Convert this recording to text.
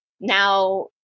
now